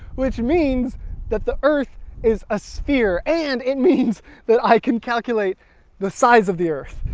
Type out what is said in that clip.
which means that the earth is a sphere! and it means that i can calculate the size of the earth.